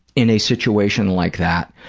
in a situation like that,